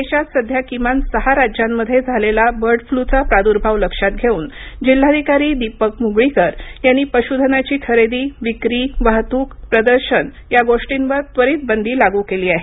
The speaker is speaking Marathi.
देशात सध्या किमान सहा राज्यांमध्ये झालेला बर्ड फ्लूचा प्रादुर्भाव लक्षात घेऊन जिल्हाधिकारी दीपक मुगळीकर यांनी पशुधनाची खरेदी विक्री वाहतूक प्रदर्शन या गोष्टींवर त्वरित बंदी लागू केली आहे